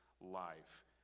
life